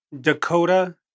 Dakota